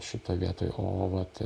šitoj vietoj o vat